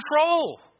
control